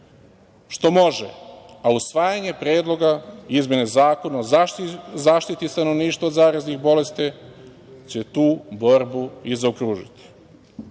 što može, a usvajanje Predloga izmene Zakona o zaštiti stanovništva od zaraznih bolesti će tu borbu i zaokružiti. Zato